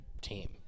team